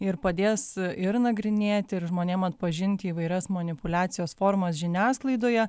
ir padės ir nagrinėti ir žmonėm atpažinti įvairias manipuliacijos formas žiniasklaidoje